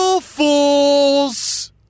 fools